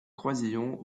croisillons